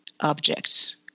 objects